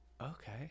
okay